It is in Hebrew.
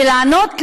ולענות לנו,